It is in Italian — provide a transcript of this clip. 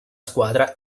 squadra